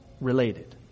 related